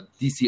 dc